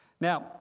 Now